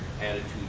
attitude